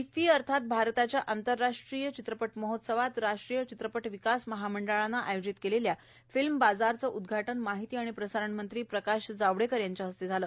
IFFI अर्थात भारताच्या आंतरराष्ट्रीय चित्रपट महोत्सवात राष्ट्रीय चित्रपट विकास महामंडळानं आयोजित केलेल्या फिल्म बाजारचं उद्धाटन माहिती आणि प्रसारण मंत्री प्रकाश जावडेकर यांच्या हस्ते झालं